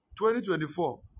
2024